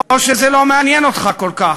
או שזה לא מעניין אותך כל כך,